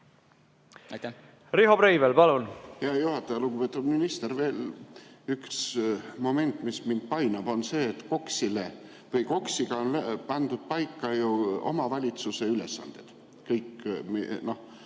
Riho Breivel, palun!